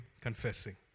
confessing